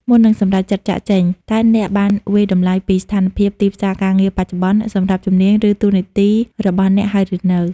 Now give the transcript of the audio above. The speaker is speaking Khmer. មុននឹងសម្រេចចិត្តចាកចេញ តើអ្នកបានវាយតម្លៃពីស្ថានភាព ទីផ្សារការងារបច្ចុប្បន្ន សម្រាប់ជំនាញ និងតួនាទីរបស់អ្នកហើយឬនៅ?